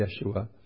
Yeshua